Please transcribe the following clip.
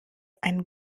ein